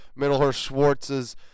Middlehurst-Schwartz's